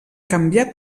canviar